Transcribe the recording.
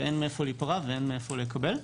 אין מאיפה להיפרע ואין מאיפה לקבל.